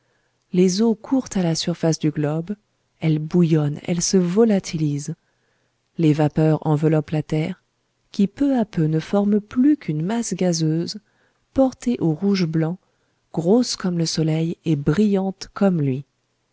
les eaux courent à la surface du globe elles bouillonnent elles se volatilisent les vapeurs enveloppent la terre qui peu à peu ne forme plus qu'une masse gazeuse portée au rouge blanc grosse comme le soleil et brillante comme lui